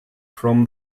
from